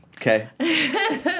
Okay